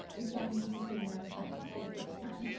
which got me interested in neuroscience for the first time.